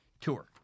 tour